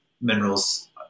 minerals